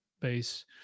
base